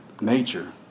nature